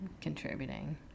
contributing